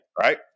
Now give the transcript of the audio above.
Right